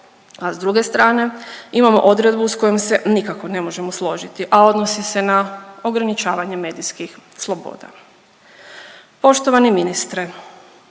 a s druge strane, imamo odredbu s kojom se nikako ne možemo složiti, a odnosi se na ograničavanje medijskih sloboda. Poštovani ministre,